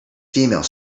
female